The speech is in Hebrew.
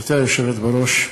גברתי היושבת בראש,